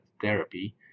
therapy